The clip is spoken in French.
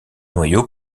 noyau